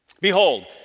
Behold